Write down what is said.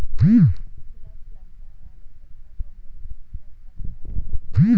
गुलाब फुलाच्या वाढीकरिता कोंबडीचे खत चांगले असते का?